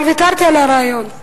אבל ויתרתי על הרעיון,